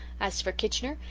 as for kitchener,